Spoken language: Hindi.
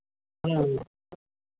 हाँ